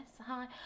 hi